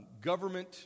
government